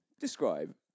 Describe